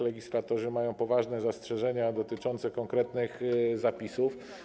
Legislatorzy mają poważne zastrzeżenia dotyczące konkretnych zapisów.